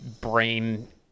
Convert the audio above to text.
brain